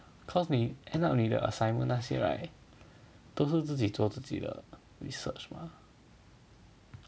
cause 你 end up with the assignment 那些 right 都是自己做自己的 research mah